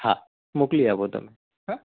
હા મોકલી આપો તમે હાં